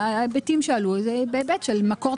זה בהיבט של מקור תקציבי.